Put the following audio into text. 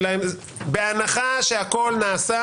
בהנחה שהכול נעשה עם כל הצמצומים.